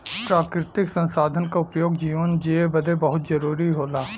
प्राकृतिक संसाधन क उपयोग जीवन जिए बदे बहुत जरुरी होला